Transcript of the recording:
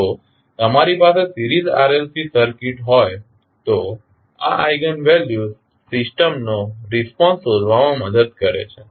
જો તમારી પાસે સિરિઝ RLC સર્કિટ હોય તો આ આઇગન વેલ્યુસ સિસ્ટમનો રિસ્પોન્સ શોધવામાં મદદ કરે છે